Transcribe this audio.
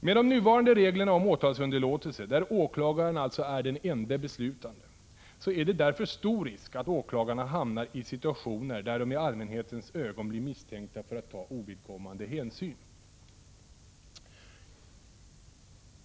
Med de nuvarande reglerna om åtalsunderlåtelse — där åklagaren är enda beslutande — är det därför stor risk att åklagarna hamnar i situationer där de i allmänhetens ögon blir misstänkta för att ta ovidkommande hänsyn.